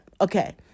Okay